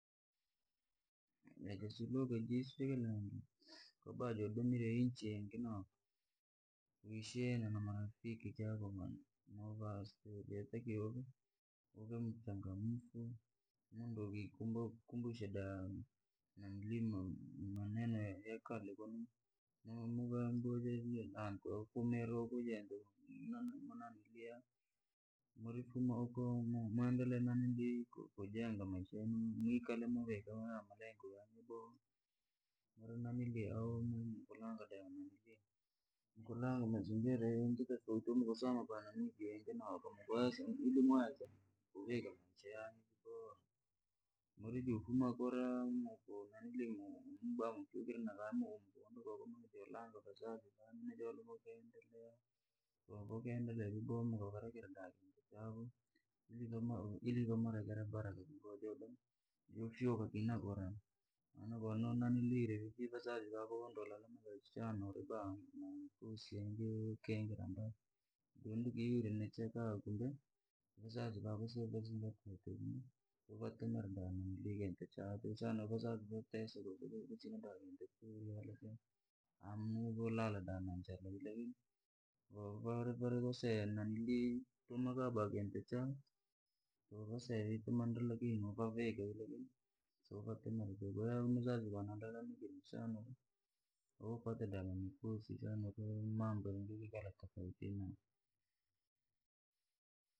Daja su luga jisu kilangi, hari ya domire nchi yingi noko, wishihine namarafiki jako movaa stori yotakiwa, uvuchangamfu mundo kiikambusha da maneno yakale, muvaembua ja mufumire vantu, ufumire ku jamuri fuma uko muendelee kujenga maishamuikule muike malengo yange muri, murikirya ahu mukalanga mazingira mukusama banamiji mingi noko ilimuweze kuvika mahusiano, murijofuma kura mukajolanga vazazi nanyu jole vokeendelea. Ko vokeendelea vyaboha ili vavarekere baraka, mujofyaka vii nakura ko wavarimirye vazazi vako vano lalamika bamikosi ika, kufumira deukiyurya nichera ba kintu ukashana vazazi voteseka kusina ba kintu choriya, walache volala ba nanjyula kuvakosea tumu katukuko vazazi valalamikira shanauri, wapata mikosi mambo yange yakiikala tofauti.